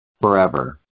forever